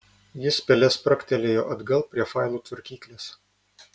jis pele spragtelėjo atgal prie failų tvarkyklės